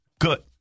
good